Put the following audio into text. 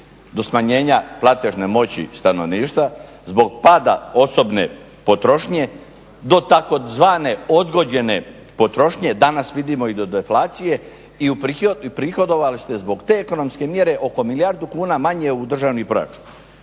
do smanjenja platežne moći stanovništva, zbog pada osobne potrošnje do takozvane odgođene potrošnje, danas vidimo i do deflacije i uprihodovali ste zbog te ekonomske mjere oko milijardu kuna manje u državni proračun.